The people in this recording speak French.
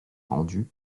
rendu